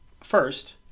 first